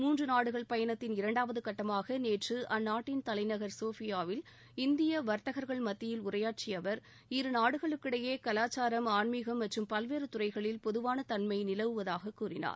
மூன்று நாடுகள் பயணத்தின் இரண்டாவது கட்டமாக நேற்று அந்நாட்டின் தலைநகர் சோபியாவில் இந்திய வர்த்தகர்கள் மத்தியில் உரையாற்றிய அவர் இரு நாடுகளுக்கிடையே கவாச்சாரம் ஆன்மீகம் மற்றும் பல்வேறு துறைகளில் பொதுவான தன்மை நிலவுவதாக கூறினார்